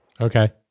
Okay